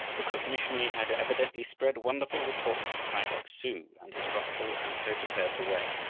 the cook-missionary had evidently spread wonderful reports of kai bok-su and his gospel and so prepared the way.